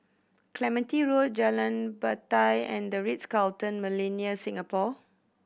Clementi Road Jalan Batai and The Ritz Carlton Millenia Singapore